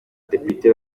depite